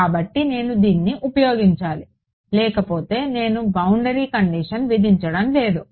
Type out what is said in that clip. కాబట్టి నేను దీన్ని ఉపయోగించాలి లేకపోతే నేను బౌండరీ కండిషన్ విధించడం లేదు